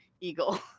eagle